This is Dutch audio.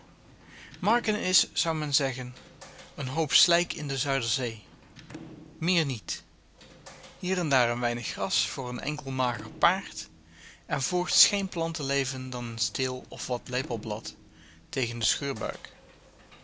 marken is zou men zeggen een hoop slijk in de zuiderzee meer niet hier en daar een weinig gras voor een enkel mager paard en voorts geen plantenleven dan een steel of wat lepelblad tegen de